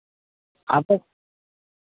ᱟᱫᱚ